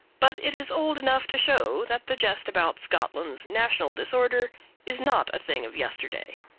but it is old enough to show that the jest about scotland's national disorder is not a thing of yesterday.